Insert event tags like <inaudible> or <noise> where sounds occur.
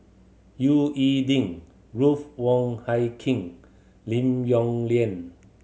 <unintelligible> E Ding Ruth Wong Hie King Lim Yong Liang